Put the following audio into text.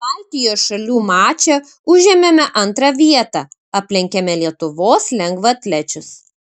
baltijos šalių mače užėmėme antrą vietą aplenkėme lietuvos lengvaatlečius